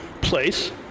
place